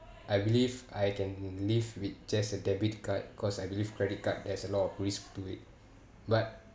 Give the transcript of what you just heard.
I believe I can live with just a debit card cause I believe credit card has a lot of risk to it but